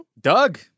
Doug